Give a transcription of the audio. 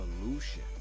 evolution